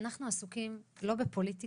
אנחנו לא עסוקים בפוליטיקה.